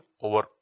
over